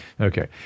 Okay